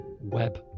web